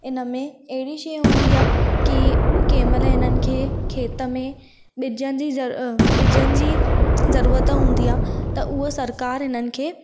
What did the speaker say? इन में अहिड़ी शइ हूंदी आहे की कंहिंमहिल हिननि खे खेत में ॿिजनि जी ज़रू ॿिजनि जी ज़रूरत हूंदी आहे त उहो सरकारु हिननि खे